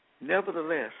nevertheless